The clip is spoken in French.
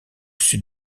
sud